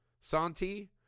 Santi